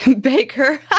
Baker